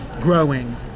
growing